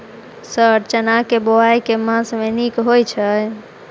Sir चना केँ बोवाई केँ मास मे नीक होइ छैय?